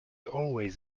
always